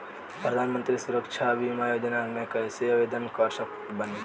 प्रधानमंत्री सुरक्षा बीमा योजना मे कैसे आवेदन कर सकत बानी?